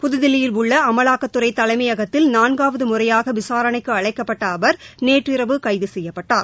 புதுதில்லியில் உள்ள அமலாக்கத்துறை தலைமையகத்தில் நான்காவது முறையாக விசாரணைக்கு அழைக்கப்பட்ட அவர் நேற்றிரவு கைது செய்யப்பட்டார்